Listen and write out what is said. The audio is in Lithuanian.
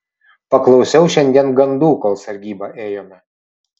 paklausiau šiandien gandų kol sargybą ėjome